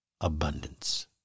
abundance